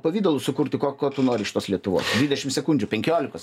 pavidalu sukurti ko ko tu nori iš tos lietuvos dvidešim sekundžių penkiolikos